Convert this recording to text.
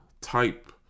type